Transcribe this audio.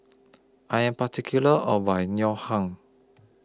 I Am particular about My Ngoh Hiang